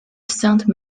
sainte